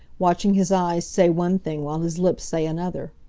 watching his eyes say one thing while his lips say another.